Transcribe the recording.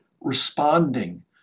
responding